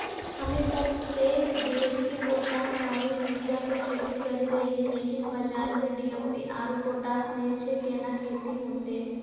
हम्मे सब ते डी.ए.पी पोटास आरु यूरिया पे खेती करे रहियै लेकिन बाजार मे डी.ए.पी आरु पोटास नैय छैय कैना खेती होते?